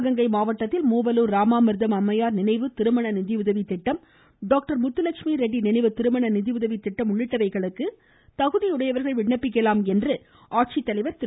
சிவகங்கை மாவட்டத்தில் மூவலூர் ராமாமிர்தம் அம்மையார் நினைவு திருமண நிதியுதவி திட்டம் டாக்டர் முத்துலெஷ்மி ரெட்டி நினைவு திருமண நிதியுதவி திட்டம் உள்ளிட்டவைகளுக்கு தகுதியுடையோர் விண்ணப்பிக்கலாம் என மாவட்ட ஆட்சித்தலைவர் திரு